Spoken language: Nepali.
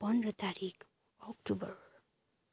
पन्ध्र तारिक अक्टोबर